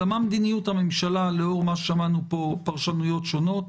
אלא מה מדיניות הממשלה לאור מה ששמענו פה פרשנויות שונות.